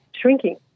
shrinking